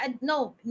no